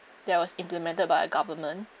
that was implemented by the government